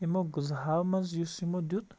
یِمو غذاہو منٛز یُس یِمو دیُت